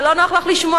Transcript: זה לא נוח לך לשמוע,